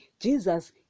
Jesus